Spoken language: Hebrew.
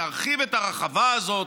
נרחיב את הרחבה הזאת,